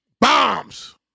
Bombs